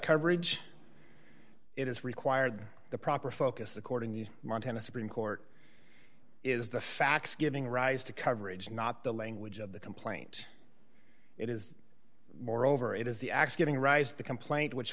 coverage it is required the proper focus according the montana supreme court is the facts giving rise to coverage not the language of the complaint it is moreover it is the acts giving rise to the complaint which